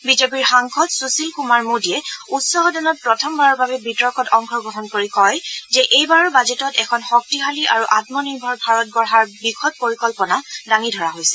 বিজেপিৰ সাংসদ সুশীল কুমাৰ মোদীয়ে উচ্চ সদনত প্ৰথমবাৰৰ বাবে বিতৰ্কত অংশগ্ৰহণ কৰি কয় যে এইবাৰৰ বাজেটত এখন শক্তিশালী আৰু আমনিৰ্ভৰ ভাৰত গঢ়াৰ বিশদ পৰিকল্পনা দাঙি ধৰা হৈছে